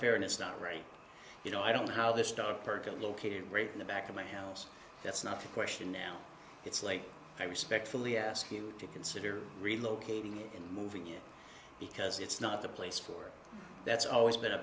fair and it's not right you know i don't know how this stuff percolate located right in the back of my house that's not a question now it's late i respectfully ask you to consider relocating and moving in because it's not the place for that's always been a